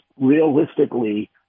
realistically